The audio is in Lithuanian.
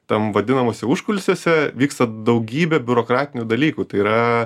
tam vadinamuose užkulisiuose vyksta daugybė biurokratinių dalykų tai yra